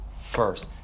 first